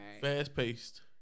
fast-paced